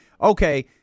okay